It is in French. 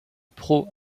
pro